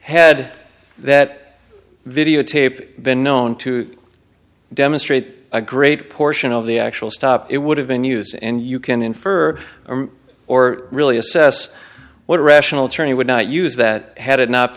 had that videotape been known to demonstrate a great portion of the actual stop it would have been use and you can infer or really assess what rational tourney would not use that had